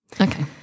okay